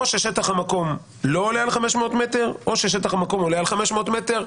או ששטח המקום לא עולה על 500 מטרים או ששטח המקום עולה על 500 מטרים.